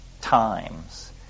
times